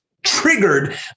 triggered